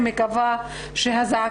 אבל אין אוטונומיה